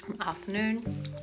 Afternoon